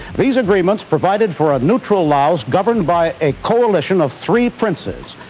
these agreements provided for a neutral laos governed by a coalition of three princes.